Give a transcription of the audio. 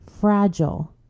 fragile